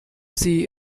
sie